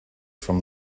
from